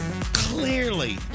clearly